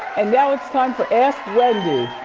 and now it's time for ask wendy.